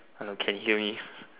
hello can you hear me